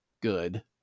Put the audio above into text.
good